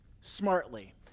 smartly